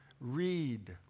Read